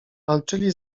walczyli